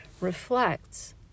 reflects